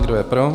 Kdo je pro?